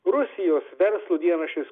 rusijos verslo dienraštis